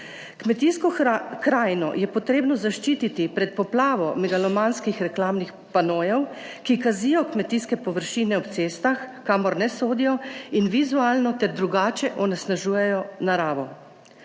Kmetijsko krajino je potrebno zaščititi pred poplavo megalomanskih reklamnih panojev, ki kazijo kmetijske površine ob cestah kamor ne sodijo in vizualno ter drugače onesnažujejo naravo.